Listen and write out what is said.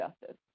justice